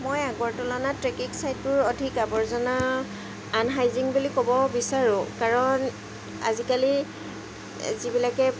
মই আগৰ তুলনাত ট্ৰেকিং ছাইডটোৰ অধিক আৱৰ্জনা আনহাইজিনিক বুলি ক'ব বিচাৰোঁ কাৰণ আজিকালি যিবিলাকে